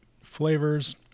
flavors